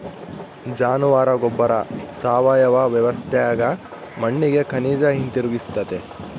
ಜಾನುವಾರ ಗೊಬ್ಬರ ಸಾವಯವ ವ್ಯವಸ್ಥ್ಯಾಗ ಮಣ್ಣಿಗೆ ಖನಿಜ ಹಿಂತಿರುಗಿಸ್ತತೆ